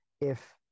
if-